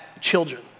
children